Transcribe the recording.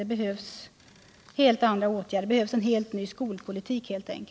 Det behövs helt enkelt en helt ny skolpolitik.